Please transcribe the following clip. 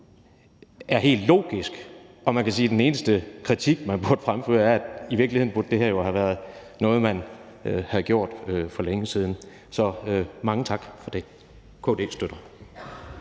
jo er helt logiske. Man kan sige, at den eneste kritik, man burde fremføre, er, at det her i virkeligheden burde have været noget, man havde gjort for længe siden. Så mange tak for det. KD støtter